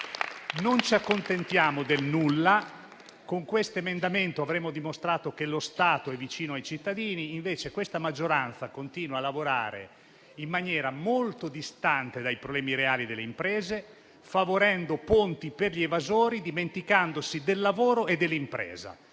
Non ci accontentiamo del nulla. Con questo emendamento avremmo dimostrato che lo Stato è vicino ai cittadini e invece la maggioranza continua a lavorare in maniera molto distante dai problemi reali delle imprese, favorendo ponti per gli evasori e dimenticandosi del lavoro e dell'impresa.